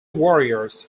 warriors